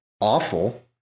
awful